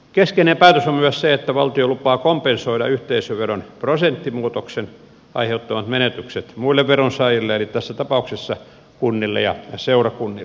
keskeinen päätös on myös se että valtio lupaa kompensoida yhteisöveron prosenttimuutoksen aiheuttamat menetykset muille veronsaajille eli tässä tapauksessa kunnille ja seurakunnille